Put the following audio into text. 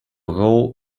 raw